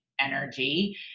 energy